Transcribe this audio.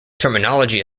terminology